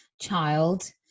child